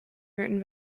written